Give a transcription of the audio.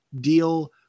deal